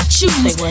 choose